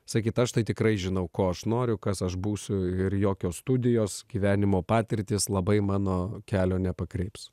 sakyt aš tai tikrai žinau ko aš noriu kas aš būsiu ir jokios studijos gyvenimo patirtys labai mano kelio nepakreips